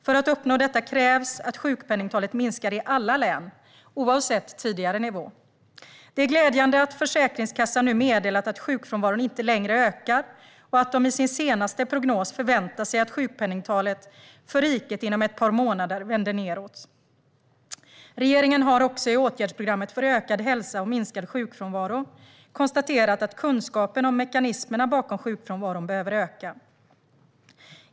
För att uppnå detta krävs att sjukpenningtalet minskar i alla län, oavsett tidigare nivå. Det är glädjande att Försäkringskassan nu meddelat att sjukfrånvaron inte längre ökar och att de i sin senaste prognos förväntar sig att sjukpenningtalet för riket inom ett par månader vänder nedåt. Regeringen har också i åtgärdsprogrammet för ökad hälsa och minskad sjukfrånvaro konstaterat att kunskapen om mekanismerna bakom sjukfrånvaron behöver öka.